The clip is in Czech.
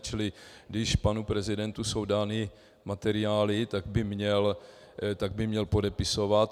Čili když panu prezidentu jsou dány materiály, tak by měl podepisovat.